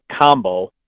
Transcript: combo